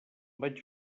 vaig